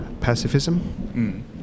Pacifism